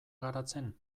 garatzen